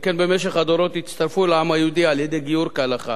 שכן במשך הדורות הצטרפו לעם היהודי על-ידי גיור כהלכה